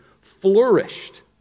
flourished